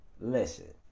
listen